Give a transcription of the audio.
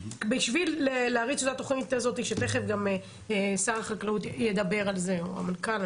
בשביל להריץ את התוכנית הזאת שתכף שר החקלאות ידבר על זה או המנכ"ל,